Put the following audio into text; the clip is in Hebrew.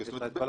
אבל את זה